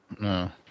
No